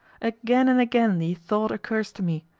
again and again the thought occurs to me,